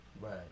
Right